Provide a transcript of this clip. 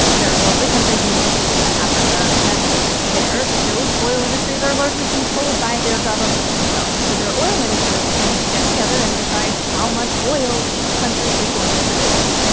they're mostly countries in the middle east and africa. and there, those oil industries are largely controlled by their governments themselves, so their oil ministers can get together and decide how much oil each country is going to produce.